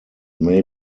may